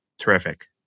terrific